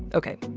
okay,